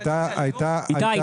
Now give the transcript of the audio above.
איתי,